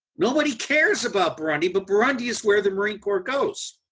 nobody cares about burundi, but burundi is where the marine corps goes.